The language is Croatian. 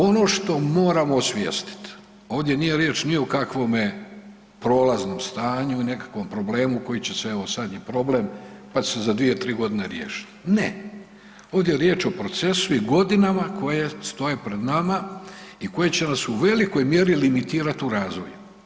Ono što moramo osvijestit, ovdje nije riječ ni o kakvome prolaznom stanju i nekakvom problemu koji će se evo sad je problem, pa će se za 2-3.g. riješit, ne, ovdje je riječ o procesu i godinama koje stoje pred nama i koje će nas u velikoj mjeri limitirat u razvoju.